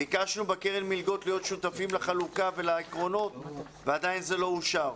ביקשנו בקרן מלגות להיות שותפים לחלוקה ולעקרונות ועדיין זה לא אושר.